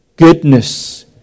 Goodness